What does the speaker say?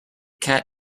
cat